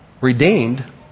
redeemed